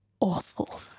Awful